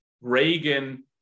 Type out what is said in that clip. Reagan